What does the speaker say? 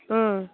ம்